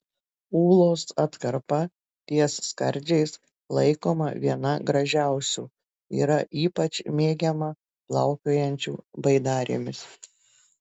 ūlos atkarpa ties skardžiais laikoma viena gražiausių yra ypač mėgiama plaukiojančių baidarėmis